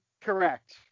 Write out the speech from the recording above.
Correct